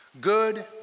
good